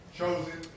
chosen